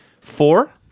Four